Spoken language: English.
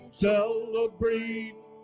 Celebrate